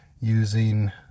using